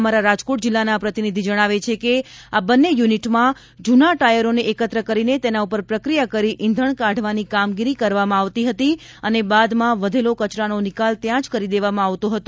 અમારા રાજકોટ જિલ્લાના પ્રતિનિધિ જણાવે છે કે આ બંને યુનિટમાં જૂના ટાયરોને એકત્ર કરી તેના પર પ્રક્રિયા કરી ઇંધણ કાઢવાણી કામગીરી કરવામાં આવતી હતી અને બાદમાં વધેલો કચરાનો નિકાલ ત્યાં જ કરી દેવામાં આવતો હતો